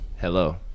Hello